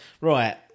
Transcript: right